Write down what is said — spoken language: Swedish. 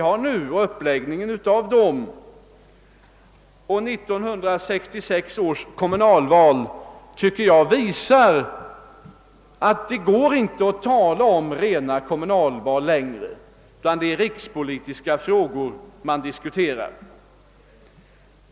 1966 års kommunalval visar enligt min mening att det inte går att längre tala om »rena kommunalval» eftersom det är rikspolitiska frågor som diskuteras.